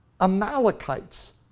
Amalekites